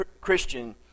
Christian